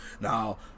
Now